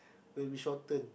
will be shorter